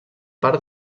part